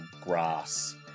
grass